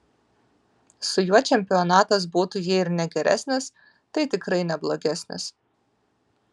su juo čempionatas būtų jei ir ne geresnis tai tikrai ne blogesnis